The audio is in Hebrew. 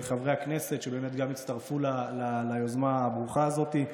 אל חברי הכנסת, שהצטרפו ליוזמה הברוכה הזאת.